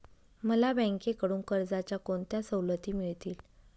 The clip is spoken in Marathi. मला बँकेकडून कर्जाच्या कोणत्या सवलती मिळतील?